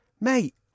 mate